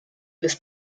los